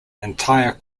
entire